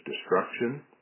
destruction